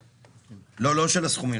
לא, לא של הסכומים.